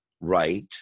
right